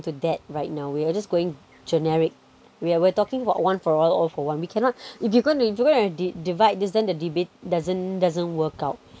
to that right now we are just going generic we're we're talking about one for all all for one we cannot if you gonna if you gonna di~ divide this then the debate doesn't doesn't work out